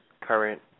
current